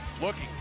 looking